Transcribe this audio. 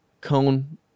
Cone